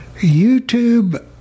YouTube